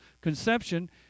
conception